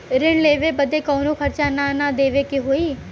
ऋण लेवे बदे कउनो खर्चा ना न देवे के होई?